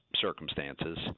circumstances